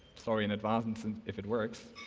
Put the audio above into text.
sorry in advance and if it works.